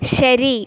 ശരി